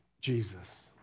Jesus